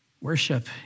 Worship